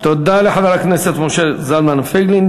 תודה לחבר הכנסת משה זלמן פייגלין.